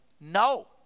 no